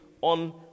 on